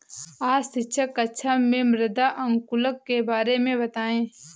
आज शिक्षक कक्षा में मृदा अनुकूलक के बारे में बताएं